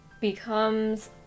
becomes